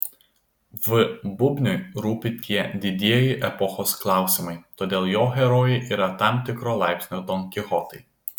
v bubniui rūpi tie didieji epochos klausimai todėl jo herojai yra tam tikro laipsnio donkichotai